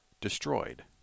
destroyed